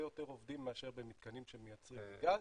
יותר עובדים מאשר במתקנים שמייצרים גז.